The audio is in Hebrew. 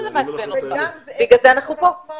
לכן אנחנו כאן.